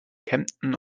kempten